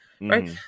right